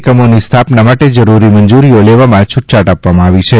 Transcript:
એકમોની સ્થાપના માટે જરૂરી મંજૂરીઓ લેવામાં છૂટછાટ આપવામાં આવી છે